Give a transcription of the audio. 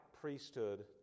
priesthood